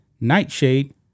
Nightshade